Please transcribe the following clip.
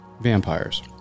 vampires